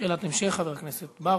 שאלת המשך, חבר הכנסת בר.